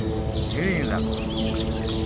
ᱦᱤᱲᱤᱧᱮᱫᱟ ᱠᱚ